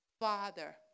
father